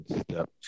step